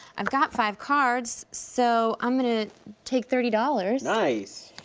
i've got five cards, so i'm gonna take thirty dollars. nice.